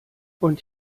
und